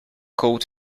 cold